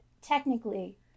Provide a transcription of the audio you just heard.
technically